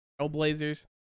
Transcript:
Trailblazers